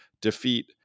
defeat